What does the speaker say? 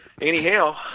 Anyhow